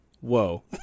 Whoa